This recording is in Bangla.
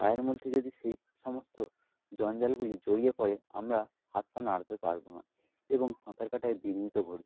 পায়ের মধ্যে যদি সেইসমস্ত জঞ্জালগুলি জড়িয়ে পড়ে আমরা হাত পা নাড়াতে পারবো না এবং সাঁতার কাটায় বিঘ্নিত ঘটবে